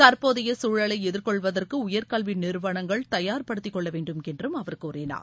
தற்போதைய சூழலை எதிர்கொள்வதற்கு உயர்கல்வி நிறுவனங்கள் தயார் படுத்திக்கொள்ள வேண்டுமென்று அவர் கூறினார்